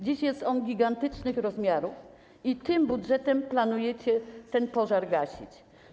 Dziś jest on gigantycznych rozmiarów i tym budżetem planujecie ten pożar ugasić.